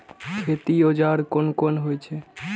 खेती औजार कोन कोन होई छै?